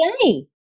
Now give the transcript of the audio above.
Yay